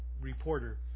reporter